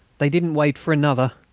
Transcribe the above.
they didn't wait for another!